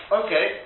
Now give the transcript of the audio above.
okay